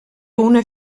una